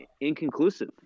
inconclusive